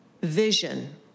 vision